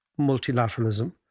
multilateralism